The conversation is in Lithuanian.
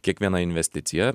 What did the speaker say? kiekviena investicija